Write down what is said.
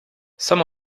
some